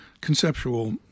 conceptual